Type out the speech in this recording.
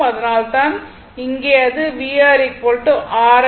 அதனால்தான் இங்கே இது vR R I